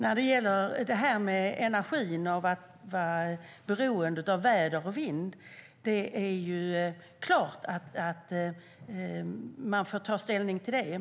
Herr talman! När det gäller energi och beroendet av väder och vind är det klart att man får ta ställning till det.